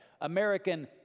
American